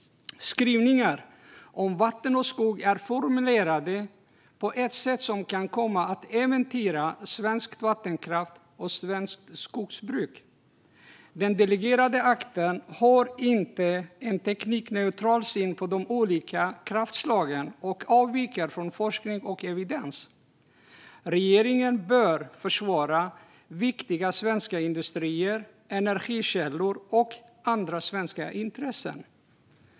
Skrivningar om vatten och skog är formulerade på ett sätt som kan komma att äventyra svensk vattenkraft och svenskt skogsbruk. Den delegerade akten har inte en teknikneutral syn på de olika kraftslagen och avviker från forskning och evidens. Regeringen bör försvara viktiga svenska industrier, energikällor och andra svenska intressen.